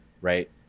right